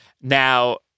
Now